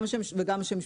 גם השם וגם שם המשפחה.